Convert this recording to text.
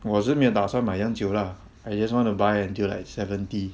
我是没有打算买这样久 lah I just want to buy until like seventy